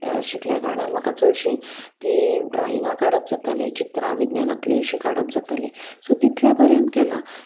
शिकल्या कारणान म्हाका चडशीं तीं ड्रॉइंगां काडप जातालीं चित्रां विज्ञानांतलीं अशीं काडप जातालीं सो तितले पर्यंत केलां